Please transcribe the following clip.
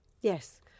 Yes